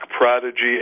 Prodigy